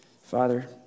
Father